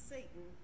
Satan